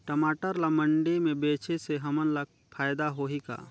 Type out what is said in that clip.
टमाटर ला मंडी मे बेचे से हमन ला फायदा होही का?